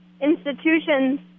institutions